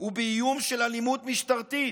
ובאיום של אלימות משטרתית,